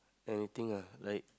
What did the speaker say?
anything ah like